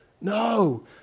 No